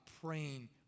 praying